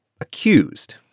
accused